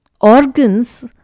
Organs